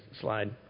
slide